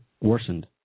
worsened